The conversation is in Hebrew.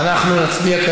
אתה צריך לחזור מילה במילה.